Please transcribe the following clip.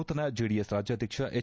ನೂತನ ಜೆಡಿಎಸ್ ರಾಜ್ಯಾಧ್ಯಕ್ಷ ಎಚ್